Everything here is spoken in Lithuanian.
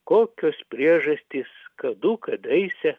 kokios priežastys kadų kadaise